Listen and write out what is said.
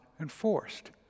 enforced